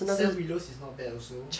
the sam willows is not bad also